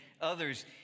others